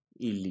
Il